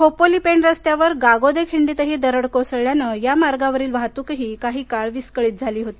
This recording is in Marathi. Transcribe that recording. खोपोली पेण रस्त्यावर गागोदे खिंडीतही दरड कोसळल्याने या मार्गावरील वाहतूक काही काळ विस्कळीत झाली होती